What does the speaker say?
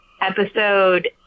episode